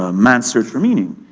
ah man's search for meaning,